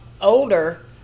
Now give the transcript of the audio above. older